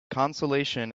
consolation